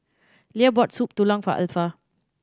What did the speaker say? Leah bought Soup Tulang for Alpha